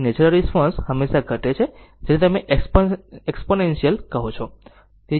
તેથી natural response હંમેશાં ઘટે છે જેને તમે એક્ષ્પોનેન્સીયલ કહો છો